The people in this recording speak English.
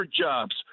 JOBS